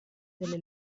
delle